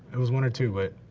it was one or two but,